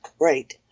Right